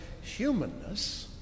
humanness